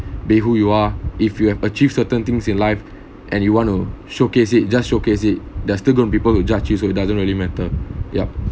be who you are if you have achieve certain things in life and you want to showcase it just showcase it they're still going people who judge it so it doesn't really matter yup